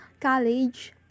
College